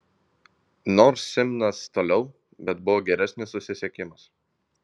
nors simnas toliau bet buvo geresnis susisiekimas